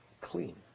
clean